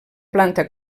planta